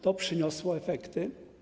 To przyniosło efekty.